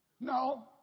No